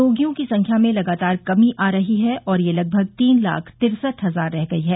रोगियों की संख्या में लगातार कमी आ रही है और यह लगभग तीन लाख तिरसठ हजार रह गई है